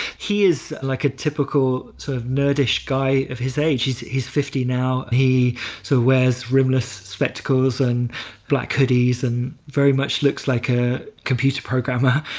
he is like a typical sort of nerdish guy of his age. he's he's fifty now. he so wears rimless spectacles and black hoodies and very much looks like a computer programmer,